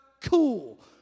cool